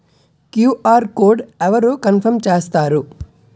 QR code అవరు confirm చేస్తారు?